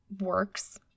works